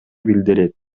билдирет